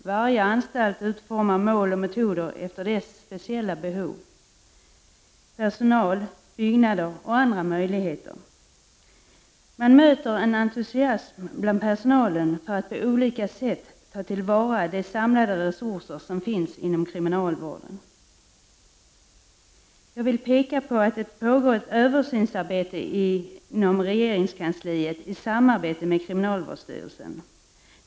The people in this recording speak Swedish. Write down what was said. Varje anstalt utformar mål och metoder efter dess speciella behov, personal, byggnader och andra möjligheter. Man möter en entusiasm bland personalen för att på olika sätt ta till vara de samlade resurser som finns inom kriminalvården. Jag vill peka på att det pågår ett översynsarbete inom regeringskansliet i samarbete med kriminalvårdsstyrelsen.